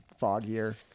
foggier